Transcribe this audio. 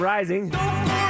Rising